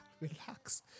relax